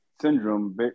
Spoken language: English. syndrome